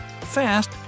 Fast